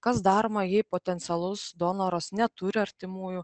kas daroma jei potencialus donoras neturi artimųjų